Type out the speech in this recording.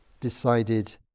decided